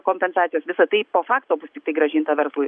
kompensacijos visa tai po fakto bus tiktai grąžinta verslui